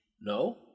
No